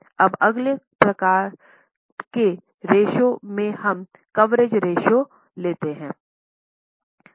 अब अगले प्रकार के रेश्यो में हम कवरेज रेश्यो लेंगे